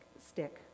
stick